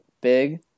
big